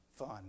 fun